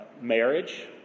marriage